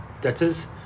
debtors